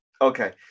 okay